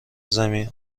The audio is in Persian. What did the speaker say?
زمین